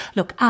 Look